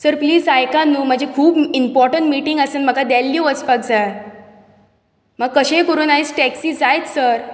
sir please आयकात न्हू म्हजे खूब इंम्पोर्टंट मिटींग आसा म्हाका दिल्ली वचपाक जाय म्हाका कशेंय करून टेक्सी आयज जायच सर